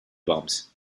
bombs